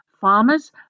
farmers